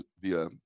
via